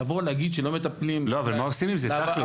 לבוא להגיד שלא מטפלים --- מה עושים עם זה תכל'ס?